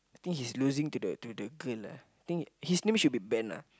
I think he's losing to the to the girl lah think his name should be Ben lah